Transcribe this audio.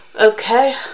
okay